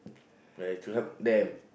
to help them